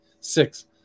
Six